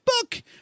book